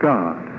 God